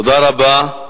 תודה רבה.